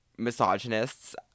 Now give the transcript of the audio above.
misogynists